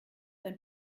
ein